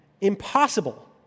impossible